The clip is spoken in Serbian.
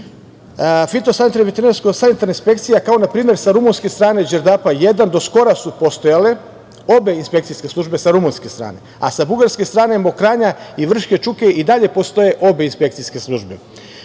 problem. Fitosanitarne, veterinarsko-sanitarne inspekcije, kao na primer sa rumunske strane Đerdapa I, do skora su postojale, obe inspekcijske službe sa rumunske strane, a sa bugarske strane Mokranja i Vrške Čuke i dalje postoje obe inspekcijske službe.